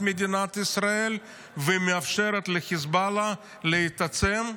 מדינת ישראל ומאפשרת לחיזבאללה להתעצם,